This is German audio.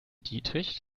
dietrich